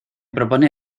propone